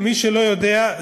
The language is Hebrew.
למי שלא יודע,